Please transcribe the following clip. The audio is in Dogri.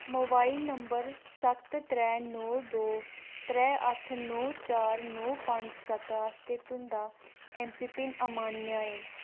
मोबाइल नंबर सत्त त्रै नौ दो त्रै अट्ठ नौ चार नौ पंज सत्त आस्तै तुं'दा ऐमपीपिन अमान्य ऐ